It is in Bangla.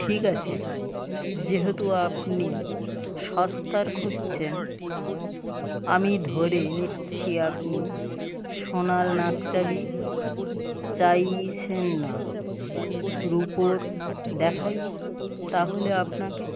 ঠিক আছে যেহেতু আপনি সস্তার খুঁজছেন আমি ধরে নিচ্ছি আপনি সোনার নাকছাবি চাইছেন না রুপোর দেখাই তাহলে আপনাকে